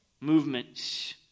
movements